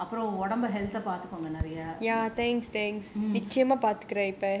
நீங்க வாங்க அப்புறம் உடம்பு:neenga vanga appuram udambu health பாத்துகோங்க நிறையா:pathukonga niraiyaa